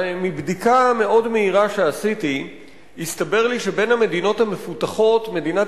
מבדיקה מאוד מהירה שעשיתי הסתבר לי שבין המדינות המפותחות מדינת